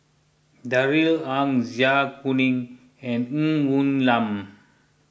Darrell Ang Zai Kuning and Ng Woon Lam